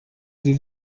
sie